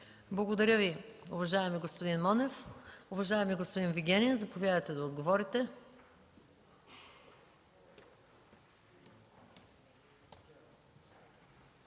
Благодаря Ви, уважаеми господин Монев. Уважаеми господин Вигенин, заповядайте да отговорите.